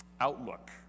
outlook